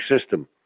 system